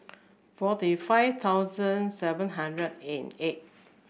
forty five thousand seven hundred and eight